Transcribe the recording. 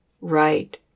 right